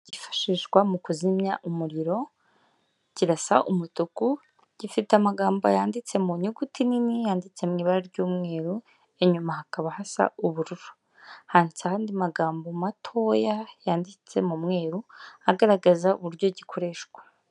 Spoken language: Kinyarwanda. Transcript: Kifashishwa mu kuzimya umuriro kirasa umutuku gifite amagambo yanditse mu nyuguti nini yanditse mu ibara ry'umweru, inyuma hakaba hasa ubururu, handitseho andi magambo matoya yanditse mu mweru agaragaza uburyo gikoreshwa.